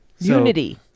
Unity